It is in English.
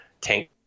tank